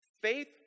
Faith